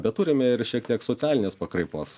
bet turime ir šiek tiek socialinės pakraipos